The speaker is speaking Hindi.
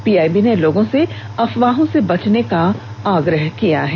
पीआईबी ने लोगों से अफवाहों से बचने का आग्रह किया है